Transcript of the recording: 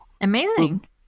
Amazing